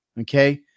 okay